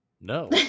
No